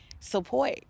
Support